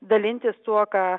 dalintis tuo ką